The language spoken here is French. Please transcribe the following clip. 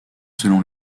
selon